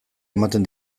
ematen